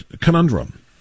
conundrum